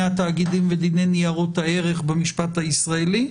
התאגידים ודיני ניירות הערך במשפט הישראלי.